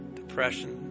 depression